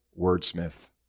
wordsmith